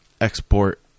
export